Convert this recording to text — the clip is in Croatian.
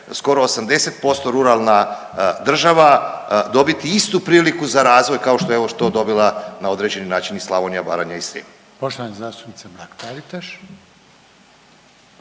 skoro 80% ruralna država dobiti istu priliku za razvoj kao što je evo to dobila na određeni način i Slavonija, Baranja i Srijem. **Reiner, Željko